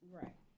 right